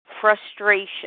frustration